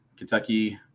Kentucky